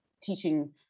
teaching